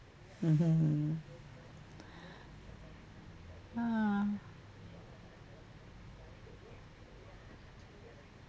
mmhmm ah